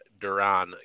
Duran